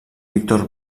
víctor